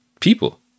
people